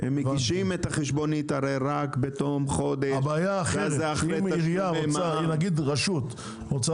מע"מ --- הבעיה היא אחרת: אם רשות רוצה